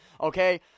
Okay